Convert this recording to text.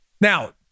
Now